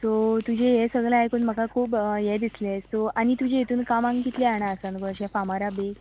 so तुजें हे सगळें आयकून म्हाका खूब हें दिसलें सो आनी तुजे हातून कामाक कितलीं जाणां आसा गो अशें फामरां बी